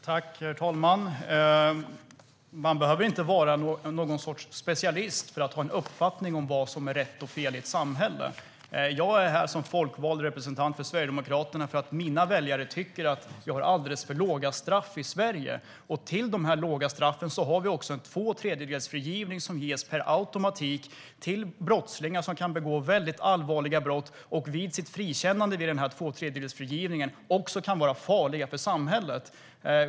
Herr talman! Man behöver inte vara specialist för att ha en uppfattning om vad som är rätt och fel i ett samhälle. Jag står här som folkvald representant för Sverigedemokraterna för att mina väljare tycker att vi har alldeles för låga straff i Sverige. Till dessa låga straff har vi dessutom en tvåtredjedelsfrigivning som ges per automatik till brottslingar som har begått allvarliga brott och vid sitt frikännande vid tvåtredjedelsfrigivningen också kan vara farliga för samhället.